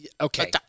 okay